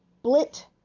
Split